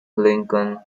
lincoln